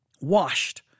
washed